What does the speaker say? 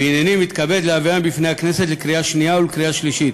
והנני מתכבד להביאם בפני הכנסת לקריאה שנייה ולקריאה שלישית.